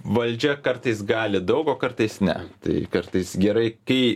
valdžia kartais gali daug o kartais ne tai kartais gerai kai